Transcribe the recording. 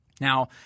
Now